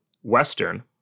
Western